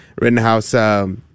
Rittenhouse